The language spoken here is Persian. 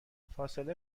فاصله